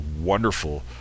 wonderful